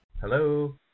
Hello